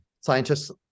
scientists